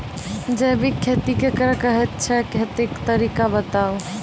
जैबिक खेती केकरा कहैत छै, खेतीक तरीका बताऊ?